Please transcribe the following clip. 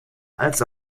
als